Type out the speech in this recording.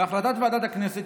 בהחלטת ועדת הכנסת,